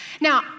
Now